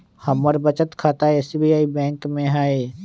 हमर बचत खता एस.बी.आई बैंक में हइ